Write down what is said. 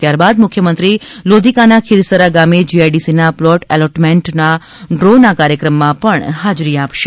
ત્યારબાદ મુખ્યમંત્રી લોધિકાના ખીરસરા ગામે જીઆઈડીસીના પ્લોટ એલોટમેન્ટ ડ્રોના કાર્યક્રમમાં પણ હાજરી આપશે